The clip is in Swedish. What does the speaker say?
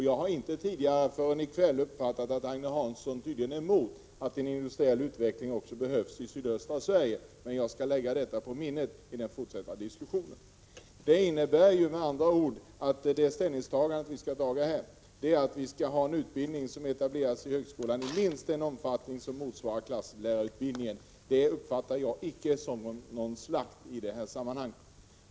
Jag har inte förrän i kväll uppfattat att Agne Hansson tydligen är emot en industriell utveckling i sydöstra Sverige, men jag skall lägga det på minnet för den fortsatta diskussionen. Det ställningstagande vi här skall göra innebär med andra ord att vi till högskolan skall ha en utbildning, vars omfattning minst motsvarar klasslärarutbildningen. Det anser jag inte vara någon slakt.